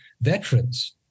veterans